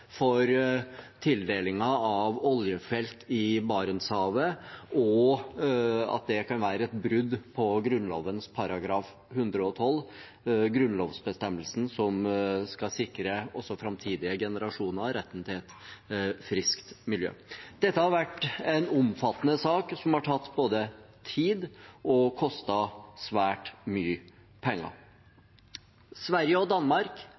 for tildelingen av oljefelt i Barentshavet, og at det kan være et brudd på Grunnloven § 112, grunnlovsbestemmelsen som skal sikre også framtidige generasjoner retten til et friskt miljø. Dette har vært en omfattende sak som både har tatt tid og kostet svært mye penger. Sverige og Danmark